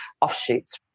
offshoots